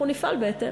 אנחנו נפעל בהתאם.